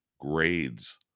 grades